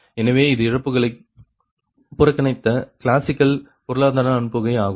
எனவே இது இழப்புகளை புறக்கணித்த கிளாசிக்கல் பொருளாதார அனுப்புகை ஆகும்